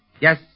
Yes